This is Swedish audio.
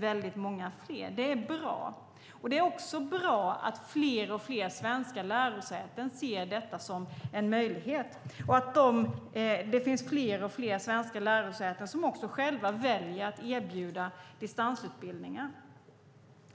väldigt många fler. Det är bra. Det är också bra att fler och fler svenska lärosäten ser detta som en möjlighet och att det finns fler och fler svenska lärosäten som själva väljer att erbjuda distansutbildningar.